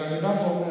אני בא ואומר,